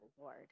Lord